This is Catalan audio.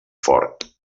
fort